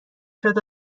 شاید